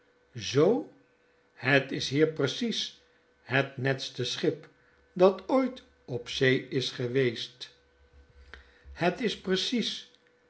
zoo b het is hier precies het netste schip dat ooit op zee geweest is het is precies